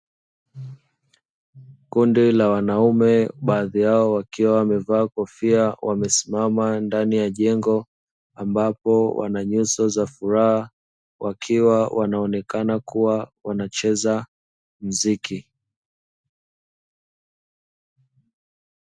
kundi la wanaume baadhi yao wakiwa wamevaa kofia wamesimama ndani ya jengo, ambapo wana nyuso za furaha wakiwa wanaonekana kuwa wanacheza mziki.